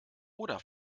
oder